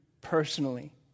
personally